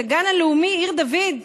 את הגן הלאומי עיר דוד,